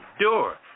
door